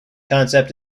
concept